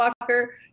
Walker